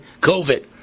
COVID